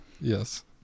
Yes